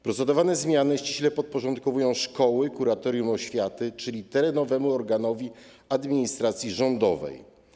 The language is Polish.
Procedowane zmiany ściśle podporządkowują szkoły kuratorium oświaty, czyli terenowemu organowi administracji rządowej.